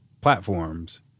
platforms